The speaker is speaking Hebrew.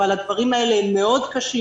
אבל הדברים האלה קשים מאוד.